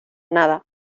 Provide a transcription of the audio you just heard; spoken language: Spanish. nada